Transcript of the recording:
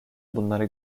bunları